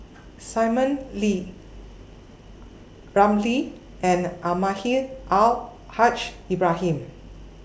Simon Wee P Ramlee and Almahdi Al Haj Ibrahim